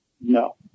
No